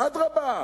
אדרבה,